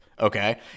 Okay